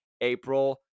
april